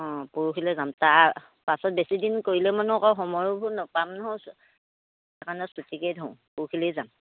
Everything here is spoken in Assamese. অ' পৰহিলৈ যাম তাৰপাছত বেছিদিন কৰিলে মানে আকৌ সময়বোৰ নাপাম নহয় সেইকাৰণে চুটিকেই ধৰোঁ পৰহিলৈ যাম